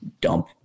dump